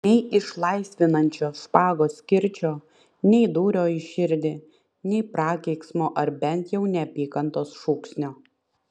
nei išlaisvinančio špagos kirčio nei dūrio į širdį nei prakeiksmo ar bent jau neapykantos šūksnio